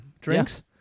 Drinks